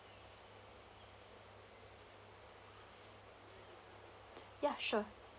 ya sure